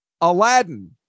Aladdin